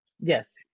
yes